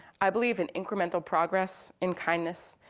i believe in incremental progress, in kindness,